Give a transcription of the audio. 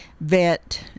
vet